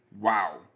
Wow